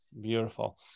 Beautiful